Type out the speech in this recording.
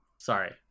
Sorry